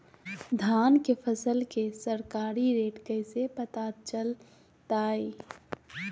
धान के फसल के सरकारी रेट कैसे पता चलताय?